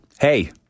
Hey